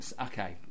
Okay